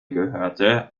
gehörte